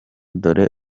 dore